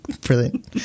Brilliant